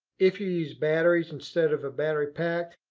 if you use batteries instead of a battery pack,